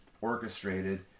orchestrated